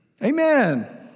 Amen